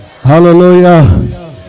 Hallelujah